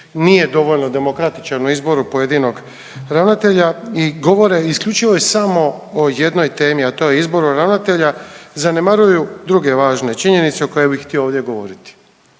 nije dovoljno demokratičan u izboru pojedinog ravnatelja i govore isključivo i samo o jednoj temi, a to je izbor ravnatelja. Zanemaruju druge važne činjenice o koje bi htio ovdje govoriti.